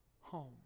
home